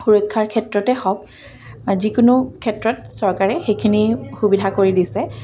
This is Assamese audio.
সুৰক্ষাৰ ক্ষেত্ৰতে হওক যিকোনো ক্ষেত্ৰত চৰকাৰে সেইখিনি সুবিধা কৰি দিছে